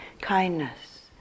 kindness